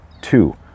Two